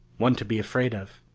one to be afraid of.